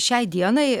šiai dienai